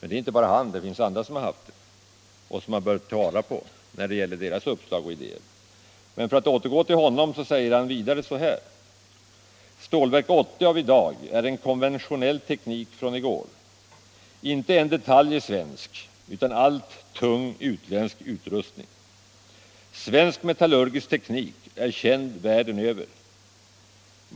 Det finns även andra som har det, och man bör ta vara på även deras uppslag och idéer. Professor Eketorp säger emellertid vidare: ”Stålverk 80 av i dag är konventionell teknik från i går. Inte en detalj är svensk utan allt tung utländsk utrustning. Svensk metallurgisk teknik är känd världen över.